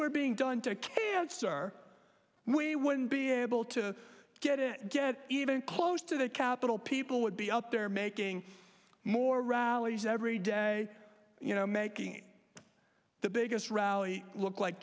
were being done to cancer we wouldn't be able to get it get even close to the capitol people would be out there making more rallies every day you know making the biggest rally look like